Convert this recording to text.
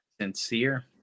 Sincere